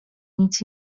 nic